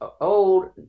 old